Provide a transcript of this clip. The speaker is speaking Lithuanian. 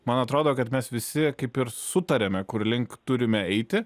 man atrodo kad mes visi kaip ir sutarėme kurlink turime eiti